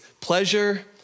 pleasure